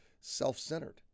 self-centered